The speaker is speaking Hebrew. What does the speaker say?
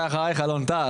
ואחריך אלו טל.